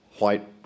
white